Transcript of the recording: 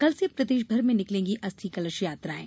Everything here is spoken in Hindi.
कल से प्रदेशभर में निकलेंगी अस्थि कलश यात्राएं